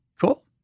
cool